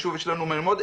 ושוב, יש לנו מה ללמוד.